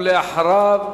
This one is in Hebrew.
ואחריו,